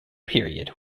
period